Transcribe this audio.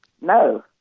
No